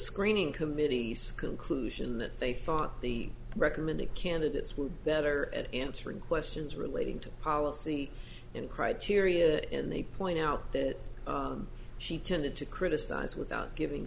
screening committee school inclusion that they thought the recommended candidates were better at answering questions relating to policy and criteria and they point out that she tended to criticize without giving